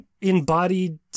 embodied